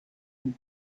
and